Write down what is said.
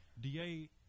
DA